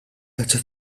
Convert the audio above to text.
tazza